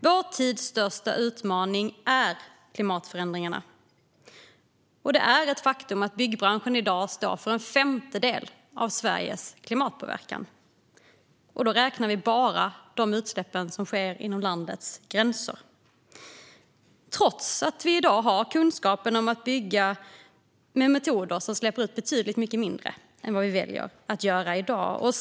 Vår tids största utmaning är klimatförändringarna, och det är ett faktum att byggbranschen i dag står för en femtedel av Sveriges klimatpåverkan. Då räknar vi dessutom bara de utsläpp som sker inom landets gränser. Så ser det ut trots att vi i dag har kunskapen att bygga med metoder som släpper ut betydligt mycket mindre än de metoder vi väljer i dag.